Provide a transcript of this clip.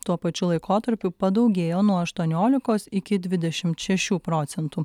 tuo pačiu laikotarpiu padaugėjo nuo aštuoniolikos iki dvidešimt šešių procentų